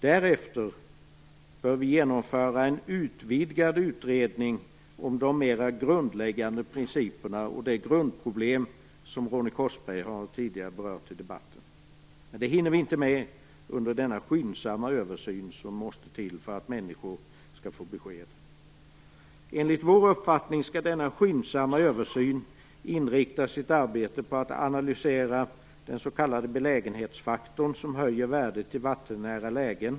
Därefter bör vi genomföra en utvidgad utredning om de mera grundläggande principerna och de grundproblem som Ronny Korsberg tidigare har berört i debatten. Men det hinner vi inte med under den skyndsamma översyn som måste till för att människor skall få besked. Enligt vår uppfattning skall man i denna skyndsamma översyn inrikta sitt arbete på att analysera den s.k. belägenhetsfaktorn som höjer värdet i vattennära lägen.